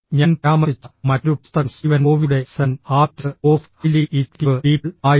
ഞാൻ പരാമർശിച്ച മറ്റൊരു പുസ്തകം സ്റ്റീവൻ കോവിയുടെ seven habits of highly effective people ആയിരുന്നു